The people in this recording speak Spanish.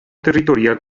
territorial